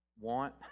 want